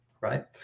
right